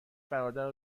برادر